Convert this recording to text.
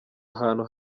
ahantu